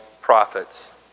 prophets